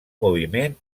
moviment